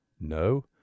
No